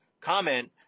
comment